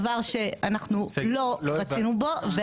דבר שאנחנו לא רצינו בו.